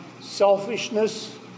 selfishness